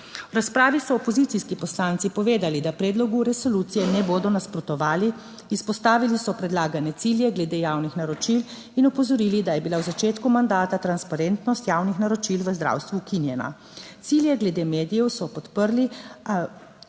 V razpravi so opozicijski poslanci povedali, da predlogu resolucije ne bodo nasprotovali. Izpostavili so predlagane cilje glede javnih naročil in opozorili, da je bila v začetku mandata transparentnost javnih naročil v zdravstvu ukinjena. Cilje glede medijev so podprli,